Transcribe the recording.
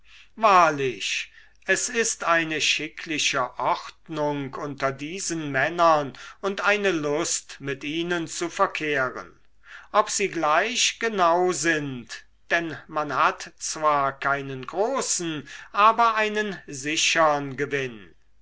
wahrlich es ist eine schickliche ordnung unter diesen männern und eine lust mit ihnen zu verkehren ob sie gleich genau sind denn man hat zwar keinen großen aber einen sichern gewinn